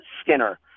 Skinner